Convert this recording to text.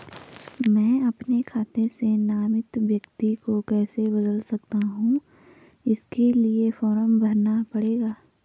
मैं अपने खाते से नामित व्यक्ति को कैसे बदल सकता हूँ इसके लिए फॉर्म भरना पड़ेगा?